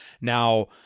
now